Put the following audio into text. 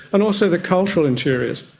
and also the cultural interiors,